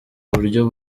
buryo